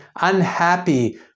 unhappy